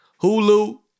Hulu